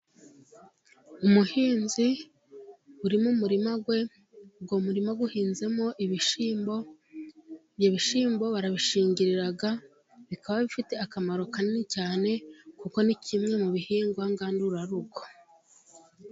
Umuhinzi uri mu murima we. Uwo murima uhinzemo ibishyimbo. Ibyo bishyimbo barabishingirira, bikaba bifite akamaro kanini cyane, kuko ni kimwe mu bihingwa ngandurarugo.